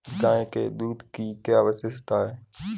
गाय के दूध की क्या विशेषता है?